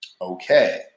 okay